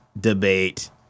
Debate